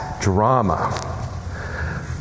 drama